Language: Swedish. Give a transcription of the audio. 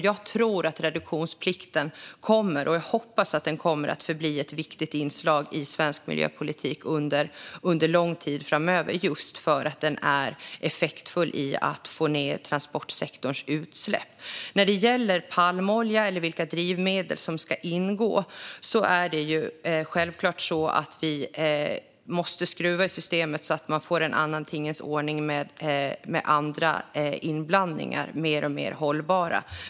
Jag hoppas att reduktionsplikten kommer att bli ett viktigt inslag i svensk miljöpolitik under lång tid framöver just för att den är effektfull i att sänka utsläppen inom transportsektorn. När det gäller palmolja, eller vilka andra drivmedel som ska ingå, måste vi skruva i systemet så att det blir en annan tingens ordning med andra inblandningar så att de blir mer och mer hållbara.